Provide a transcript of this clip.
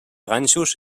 ganxos